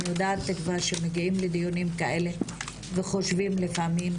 אני יודעת כבר שמגיעים לדיונים כאלה וחושבים לפעמים,